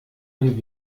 ein